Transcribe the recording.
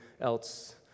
else